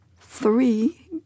three